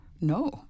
No